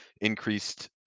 increased